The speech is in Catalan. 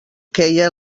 queia